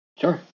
Sure